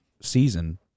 season